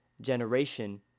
generation